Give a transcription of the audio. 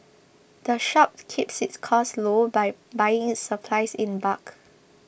the shop keeps its costs low by buying its supplies in bulk